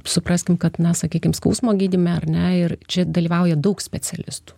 supraskim kad na sakykim skausmo gydyme ar ne ir čia dalyvauja daug specialistų